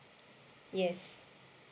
yes